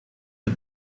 het